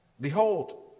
behold